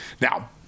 Now